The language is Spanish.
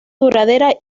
duradera